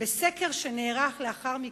בסקר שנערך לאחר מכן,